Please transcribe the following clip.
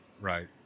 right